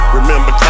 remember